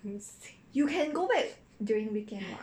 you can go back during weekend [what]